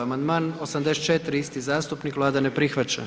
Amandman 84. isti zastupnik Vlada ne prihvaća.